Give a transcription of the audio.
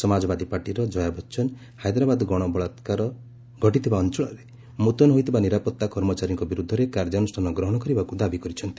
ସମାଜବାଦୀ ପାର୍ଟିର ଜୟା ବଚ୍ଚନ ହାଇଦ୍ରାବାଦ ଗଣ ବଳାତ୍କାର ଘଟିଥିବା ଅଞ୍ଚଳରେ ମୁତୟନ ହୋଇଥିବା ନିରାପତ୍ତା କର୍ମଚାରୀଙ୍କ ବିରୋଧରେ କାର୍ଯ୍ୟାନୁଷ୍ଠାନ ଗ୍ରହଣ କରାଯିବାକୁ ଦାବି କରିଛନ୍ତି